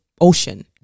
ocean